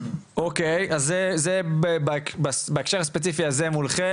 אז זה בהקשר הספציפי הזה מולכם.